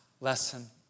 lesson